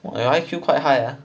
your I_Q quite high ah